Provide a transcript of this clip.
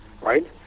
right